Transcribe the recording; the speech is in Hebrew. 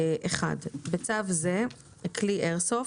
הגדרות1.בצו זה, "כלי איירסופט"